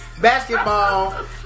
basketball